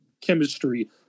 chemistry